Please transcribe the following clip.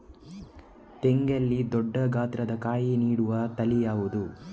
ತೆಂಗಲ್ಲಿ ದೊಡ್ಡ ಗಾತ್ರದ ಕಾಯಿ ನೀಡುವ ತಳಿ ಯಾವುದು?